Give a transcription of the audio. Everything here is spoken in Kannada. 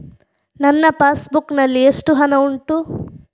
ನನ್ನ ಪಾಸ್ ಬುಕ್ ನಲ್ಲಿ ಎಷ್ಟು ಹಣ ಉಂಟು?